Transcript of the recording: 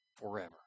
forever